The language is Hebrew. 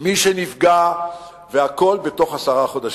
מי שנפגע, והכול בתוך עשרה חודשים.